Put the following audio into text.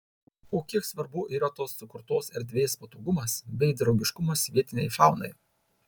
o kiek svarbu yra tos sukurtos erdvės patogumas bei draugiškumas vietinei faunai